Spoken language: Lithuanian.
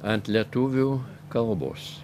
ant lietuvių kalbos